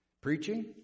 Preaching